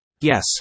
Yes